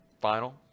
final